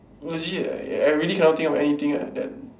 legit eh I really can't think of anything ah then